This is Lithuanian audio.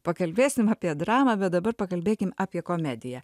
pakalbėsim apie dramą bet dabar pakalbėkim apie komediją